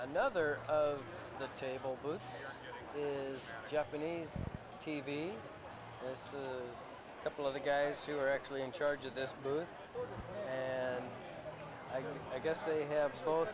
another of the table books is japanese t v couple of the guys who are actually in charge of this and i guess they have so